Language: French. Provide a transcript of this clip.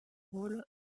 rôles